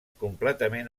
completament